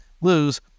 lose